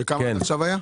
כמה היה עד עכשיו?